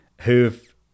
who've